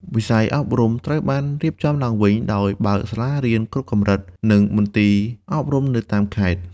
វិស័យអប់រំត្រូវបានរៀបចំឡើងវិញ ដោយបើកសាលារៀនគ្រប់កម្រិត និងមន្ទីរអប់រំនៅតាមខេត្ត។